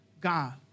God